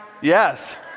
yes